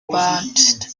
branched